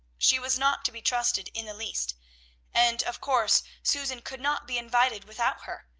she was not to be trusted in the least and, of course, susan could not be invited without her,